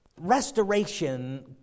Restoration